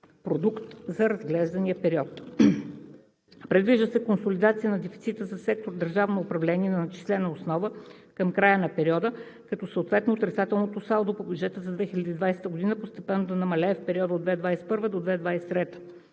продукт в разглеждания период. Предвижда се консолидация на дефицита на сектор „Държавно управление“ (на начислена основа) към края на периода, като съответно отрицателното салдо по бюджета за 2020 г. постепенно да намалее в периода 2021 – 2023 г.